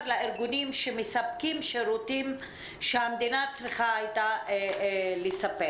לארגונים שמספקים שירותים שהמדינה הייתה צריכה לספק.